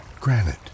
granite